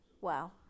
Wow